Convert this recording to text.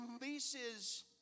releases